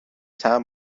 طعم